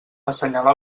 assenyalà